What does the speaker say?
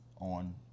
on